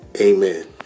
Amen